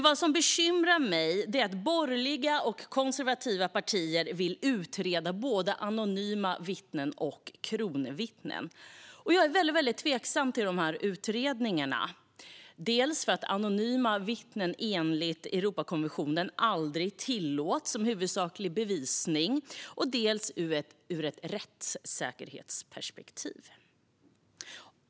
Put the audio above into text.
Vad som bekymrar mig är att borgerliga och konservativa partier vill utreda användandet av anonyma vittnen och kronvittnen. Jag är tveksam till utredningarna. Det är dels för att anonyma vittnen enligt Europakonventionen aldrig tillåts som huvudsaklig bevisning, dels ur ett rättssäkerhetsperspektiv.